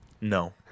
no